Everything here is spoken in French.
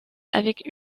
avec